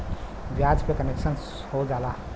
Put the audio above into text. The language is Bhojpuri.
ब्याज पे कन्सेसन हो जाला